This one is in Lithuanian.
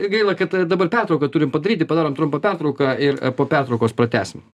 gaila kad dabar pertrauka turim padaryti padarom trumpą pertrauką ir po pertraukos pratęsim